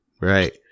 Right